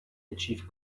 achieve